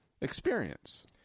experience